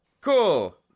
cool